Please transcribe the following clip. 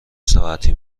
ساعتی